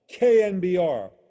KNBR